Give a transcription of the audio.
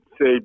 say